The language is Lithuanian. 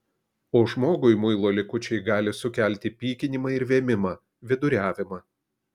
o žmogui muilo likučiai gali sukelti pykinimą ir vėmimą viduriavimą